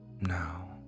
Now